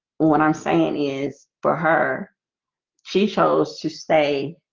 when i'm saying is for her she chose to stay